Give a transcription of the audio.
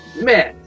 Man